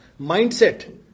mindset